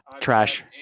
trash